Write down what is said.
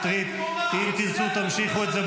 אתה יודע כמה אתה לא יסודי?